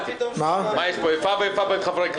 בסדרת הסתייגויות,